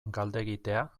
galdegitea